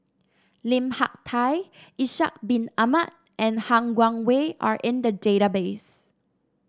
Lim Hak Tai Ishak Bin Ahmad and Han Guangwei are in the database